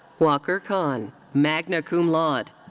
waqar khan, magna cum laude.